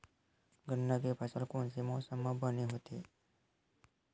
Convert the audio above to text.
गन्ना के फसल कोन से मौसम म बने होथे?